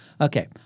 Okay